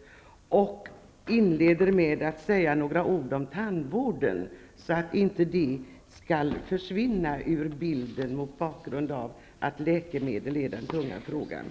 Därefter vill jag inleda med att säga några ord om tandvården så att den inte försvinner ur bilden, mot bakgrund av att läkemedel är den tunga frågan.